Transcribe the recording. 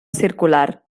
circular